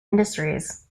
industries